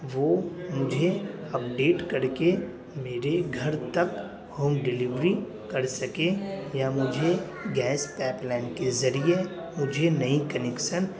وہ مجھے اپڈیٹ کر کے میرے گھر تک ہوم ڈلیوری کر سکیں یا مجھے گیس پائپ لائن کے ذریعے مجھے نئی کنیکشن